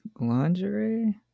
Lingerie